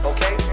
Okay